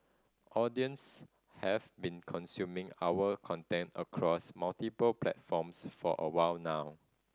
audience have been consuming our content across multiple platforms for a while now